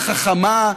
החכמה,